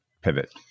pivot